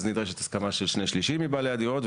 אז נדרשת הסכמה של שני שלישים מבעלי הדירות,